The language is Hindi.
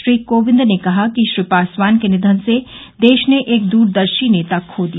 श्री कोविंद ने कहा कि श्री पासवान के निधन से देश ने एक द्रदर्शी नेता खो दिया